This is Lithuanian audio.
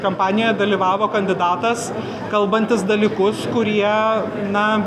kampanijoj dalyvavo kandidatas kalbantis dalykus kurie na